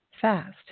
fast